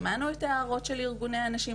שמענו את ההערות של ארגוני הנשים,